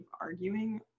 arguing